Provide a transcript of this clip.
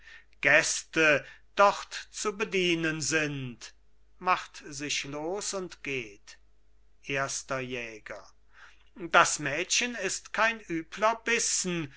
gäste dort zu bedienen sind macht sich los und geht erster jäger das mädchen ist kein übler bissen